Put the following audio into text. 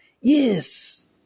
Yes